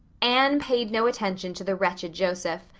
anne paid no attention to the wretched joseph.